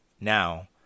now